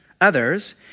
others